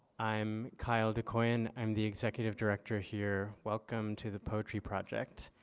i'm kyle dacuyan. i'm the executive director here. welcome to the poetry project.